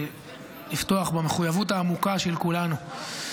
לפתוח במחויבות העמוקה של כולנו.